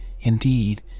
indeed